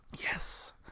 Yes